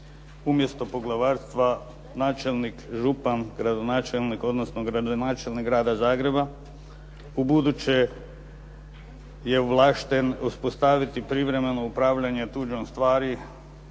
umjesto poglavarstva načelnik, župan, gradonačelnik, odnosno gradonačelnik Grada Zagreba, ubuduće je ovlašten uspostaviti privremenim upravljanjem tuđom stvari